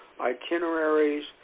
itineraries